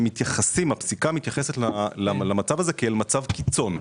הפסיקה מתייחסת למצב הזה כאל מצב קיצון.